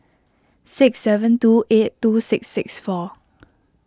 six seven two eight two six six four